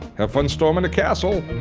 have fun storming the castle.